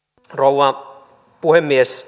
rouva puhemies